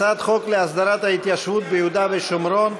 הצעת חוק להסדרת התיישבות ביהודה והשומרון,